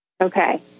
Okay